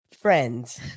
friends